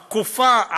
על התקופה.